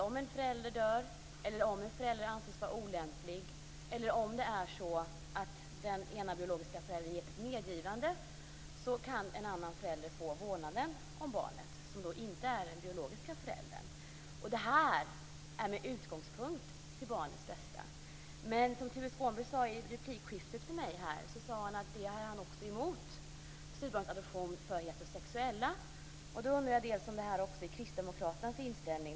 Om en förälder dör, om en förälder anses vara olämplig eller om den ena biologiska föräldern ger sitt medgivande kan en annan förälder, som då inte är den biologiska föräldern, få vårdnaden om barnet. Detta sker med utgångspunkt i barnets bästa. Men Tuve Skånberg sade i ett replikskifte till mig att han också är emot styvbarnsadoption för heterosexuella. Är det här även Kristdemokraternas inställning?